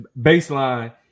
baseline